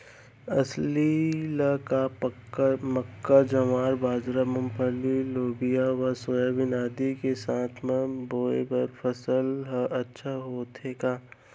अलसी ल का मक्का, ज्वार, बाजरा, मूंगफली, लोबिया व सोयाबीन आदि के साथ म बोये बर सफल ह अच्छा होथे का?